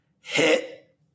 hit